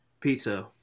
Pizza